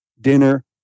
dinner